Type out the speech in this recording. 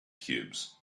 cubes